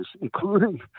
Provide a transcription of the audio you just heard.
including